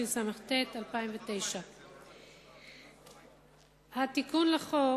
התשס"ט 2009. התיקון לחוק